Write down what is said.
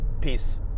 peace